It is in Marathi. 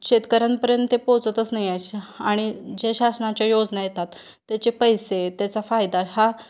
शेतकऱ्यांपर्यंत ते पोचतच नाही आहे श आणि जे शासनाच्या योजना येतात त्याचे पैसे त्याचा फायदा हा